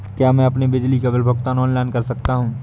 क्या मैं अपने बिजली बिल का भुगतान ऑनलाइन कर सकता हूँ?